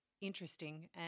interesting